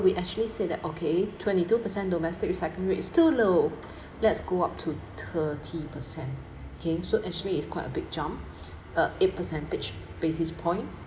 we actually say that okay twenty two percent domestic recycling rates is too low let's go up to thirty percent okay so actually it's quite a big jump uh eight percentage basis point